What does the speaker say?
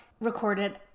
recorded